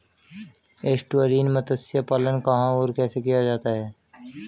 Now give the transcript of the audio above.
Estuarine मत्स्य पालन कहां और कैसे किया जाता है?